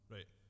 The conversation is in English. Right